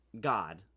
God